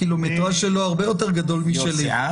הקילומטראז' שלו הרבה יותר גדול משלי.